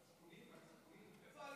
ההסתייגות (5) של קבוצת ישראל סיעת